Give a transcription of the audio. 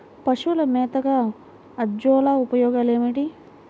పశువుల మేతగా అజొల్ల ఉపయోగాలు ఏమిటి?